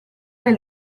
nel